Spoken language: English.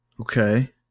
Okay